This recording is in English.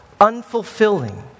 unfulfilling